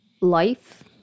life